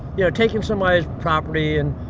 you know, taking somebody's property and,